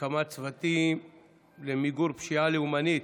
הקמת צוותים למיגור פשיעה לאומנית.